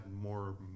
more